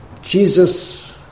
Jesus